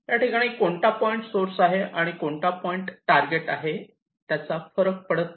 या ठिकाणी कोणता पॉईंट सोर्स आहे आणि कोणता पॉईंट टारगेट आहे त्याचा फरक पडत नाही